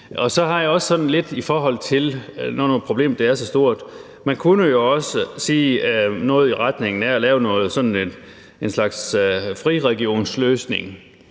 Og så har jeg det også sådan lidt, når nu problemet er så stort: Man kunne jo også lave noget i retning af sådan en slags friregionsløsning,